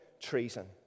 treason